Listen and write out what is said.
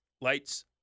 Lights